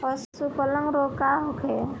पशु प्लग रोग का होखे?